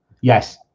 Yes